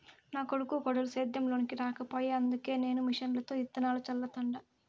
నా కొడుకు కోడలు సేద్యం లోనికి రాకపాయె అందుకే నేను మిషన్లతో ఇత్తనాలు చల్లతండ